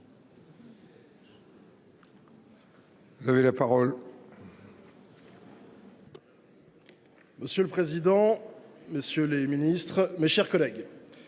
Monsieur le président, messieurs les ministres d’État, mes chers collègues,